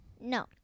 No